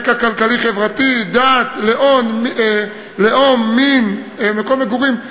רקע כלכלי חברתי, דת, לאום, מין, מקום מגורים.